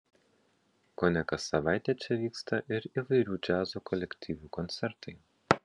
kone kas savaitę čia vyksta ir įvairių džiazo kolektyvų koncertai